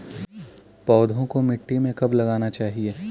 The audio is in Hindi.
पौधों को मिट्टी में कब लगाना चाहिए?